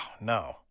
no